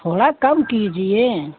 थोड़ा कम कीजिए